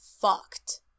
fucked